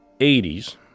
80s